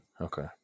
Okay